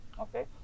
Okay